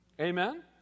Amen